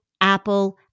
Apple